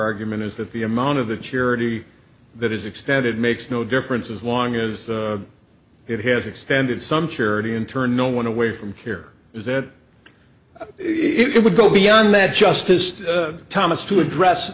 argument is that the amount of the charity that is extended makes no difference as long as it has extended some charity in turn no one away from care is that it would go beyond that justice thomas to address